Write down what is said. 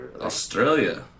Australia